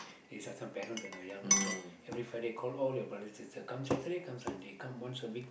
this this one parents when I was young lah so every Friday call all your brothers sisters come Saturday come Sunday come once a week